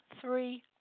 three